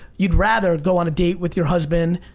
you'd rather go on a date with your husband,